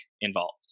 involved